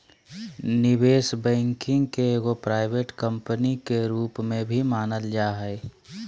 निवेश बैंकिंग के एगो प्राइवेट कम्पनी के रूप में भी मानल जा हय